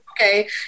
Okay